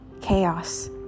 Chaos